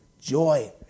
joy